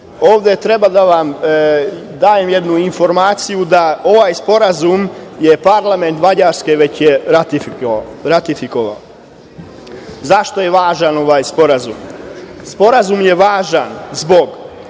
Ovde treba da vam dam jednu informaciju, da je ovaj sporazum parlament Mađarske već ratifikovao.Zašto je važan ovaj sporazum? Sporazum je važan zbog